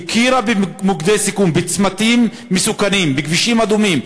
שהכירה במוקדי סיכון בצמתים מסוכנים,